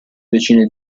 decine